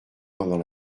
pendant